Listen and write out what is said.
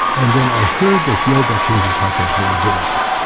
and then i heard that yoga changes heart-rate variability.